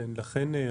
לכן,